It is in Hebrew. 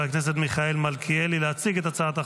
הכנסת מיכאל מלכיאלי להציג את הצעת החוק.